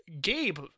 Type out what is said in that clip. Gabe